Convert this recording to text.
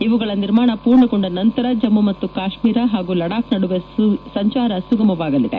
ಇವುಗಳ ನಿರ್ಮಾಣ ಪೂರ್ಣಗೊಂಡ ನಂತರ ಜಮ್ನು ಮತ್ತು ಕಾಶ್ಸೀರ ಮತ್ತು ಲಡಾಖ್ ನಡುವೆ ಸಂಚಾರ ಸುಗಮವಾಗಲಿದೆ